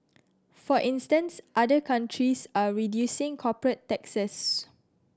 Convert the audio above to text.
for instance other countries are reducing corporate taxes